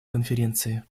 конференции